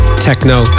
techno